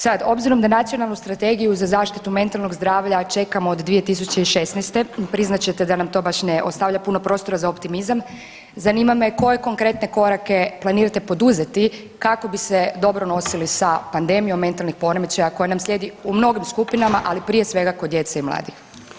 Sad, obzirom na nacionalnu strategije za zaštitu mentalnog zdravlja čekamo od 2016., priznat ćete da nam to baš ne ostavlja puno prostora za optimizam, zanima me koje konkretne korake planirate poduzeti kako bi se dobro nosili sa pandemijom mentalnih poremećaja koja nam slijedi u mnogim skupinama, ali prije svega, kod djece i mladih.